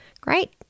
Great